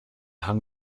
hang